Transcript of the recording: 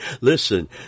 Listen